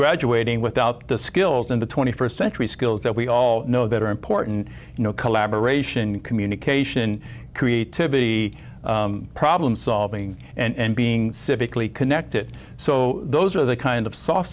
graduating without the skills and the twenty first century skills that we all know that are important you know collaboration communication creativity problem solving and being civically connected so those are the kind of s